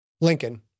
Lincoln